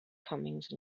comings